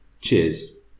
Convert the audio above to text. cheers